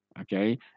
Okay